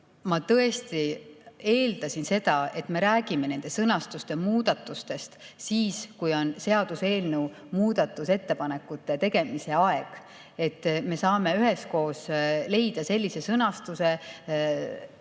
ma tõesti eeldasin seda, et me räägime nende sõnastuste muutmisest siis, kui on seaduseelnõu muudatusettepanekute tegemise aeg. Ma eeldasin, et me saame üheskoos leida sellise sõnastuse,